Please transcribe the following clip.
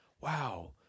wow